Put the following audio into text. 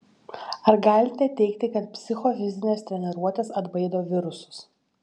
ar galite teigti kad psichofizinės treniruotės atbaido virusus